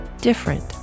different